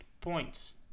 points